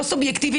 לא סובייקטיבי,